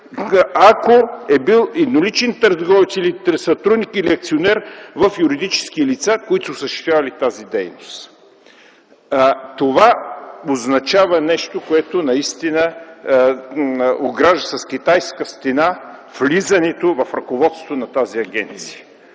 ако е бил едноличен търговец или сътрудник, или акционер в юридически лица, които са осъществявали тази дейност. Това означава нещо, което наистина огражда с „Китайска стена” влизането в ръководството на тази агенция.